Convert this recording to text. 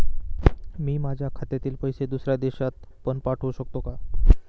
मी माझ्या खात्यातील पैसे दुसऱ्या देशात पण पाठवू शकतो का?